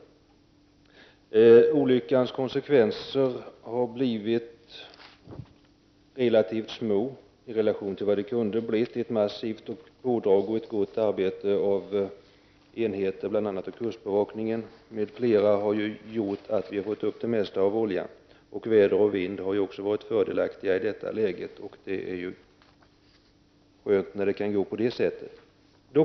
Konsekvenserna av den aktuella olyckan är relativt små i förhållande till vad de kunde ha blivit. Ett massivt pådrag och ett gott arbete från olika enheters sida, bl.a. gäller det kustbevakningen, har medverkat till att det mesta av oljan har kunnat tas upp. Väder och vind har också varit fördelaktiga i det här läget, och det är skönt att konstatera att det kan vara så.